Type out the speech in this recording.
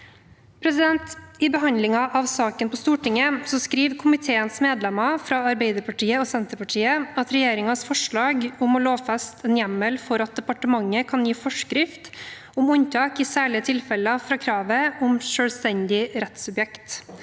I behandlingen av saken på Stortinget skriver komiteens medlemmer fra Arbeiderpartiet og Senterpartiet at regjeringen foreslår å lovfeste en hjemmel for at departementet kan gi forskrift om unntak i særlige tilfeller fra kravet om selvstendig rettssubjekt.